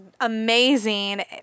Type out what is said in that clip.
amazing